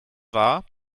war